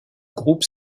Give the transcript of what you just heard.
groupe